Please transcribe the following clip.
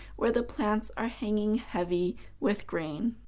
where the plants are hanging heavy with grain.